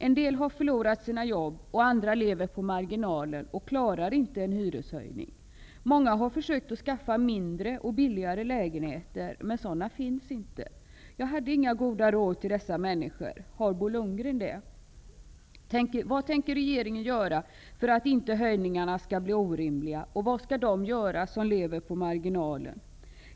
En del har förlorat sina jobb, och andra lever på marginalen och klarar inte en hyreshöjning. Många har försökt skaffa mindre och billigare lägenheter, men sådana finns inte. Jag hade inga goda råd till dessa människor. Har Bo Lundgren det? Vad tänker regeringen göra för att höjningarna inte skall bli orimliga? Vad skall de människor göra som lever på marginalen?